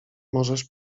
możesz